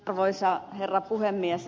arvoisa herra puhemies